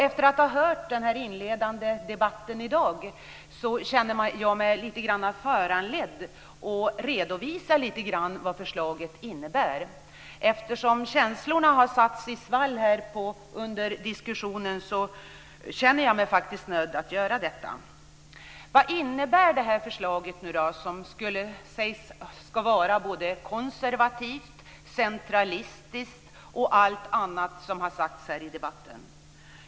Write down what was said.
Efter att ha hört den inledande debatten i dag känner jag mig föranledd att lite grann redovisa vad förslaget innebär. Eftersom känslorna har satts i svall här under diskussionen, känner jag mig faktiskt nödd att göra detta. Vad innebär då det här förslaget som skulle vara både konservativt, centralistiskt och allt annat som har sagts här i debatten?